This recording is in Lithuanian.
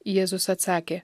jėzus atsakė